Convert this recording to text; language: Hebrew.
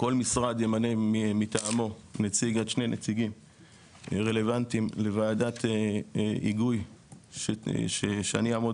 כל משרד ימנה מטעמו נציג עד שני נציגים לוועדת היגוי שאני אעמוד